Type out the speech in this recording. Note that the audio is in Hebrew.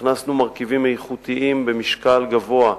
הכנסנו מרכיבים איכותיים במשקל גבוה,